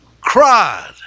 cried